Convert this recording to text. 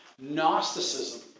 Gnosticism